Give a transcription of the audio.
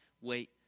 wait